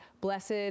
blessed